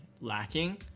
lacking